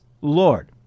Lord